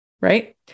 Right